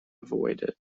avoided